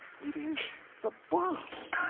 it is the boss!